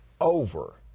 over